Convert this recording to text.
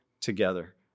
together